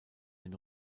den